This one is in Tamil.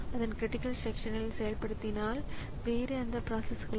எனவே இந்த குறுக்கீடு இந்த நவீன கணினிகளில் இருக்கும் மற்றொரு மிக முக்கியமான விஷயம்